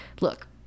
Look